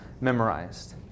memorized